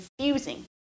confusing